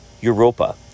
Europa